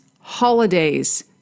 holidays